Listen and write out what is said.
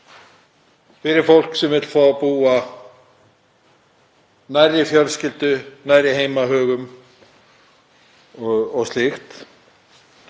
fyrir fólk sem vill fá að búa nærri fjölskyldu, nærri heimahögum og slíkt?